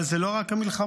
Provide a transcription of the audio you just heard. אבל זה לא רק המלחמה,